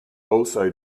also